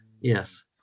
yes